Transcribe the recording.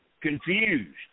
confused